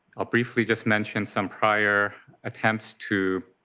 ah briefly just mention some prior attempts to